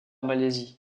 malaisie